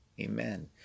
Amen